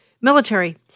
military